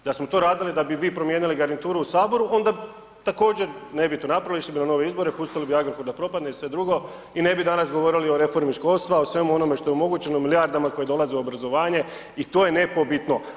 Da smo to radili da bi vi promijenili garnituru u saboru onda također ne bi to napravili, išli bi na nove izbore, pustili bi Agrokor da propadne i sve drugo i ne bi danas govori o reformi školstva, o svemu onome što je moguće o milijardama koje dolaze u obrazovanje i to je nepobitno.